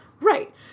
Right